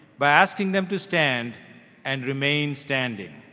by asking them to stand and remain standing.